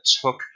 took